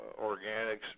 organics